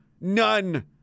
None